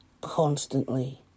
constantly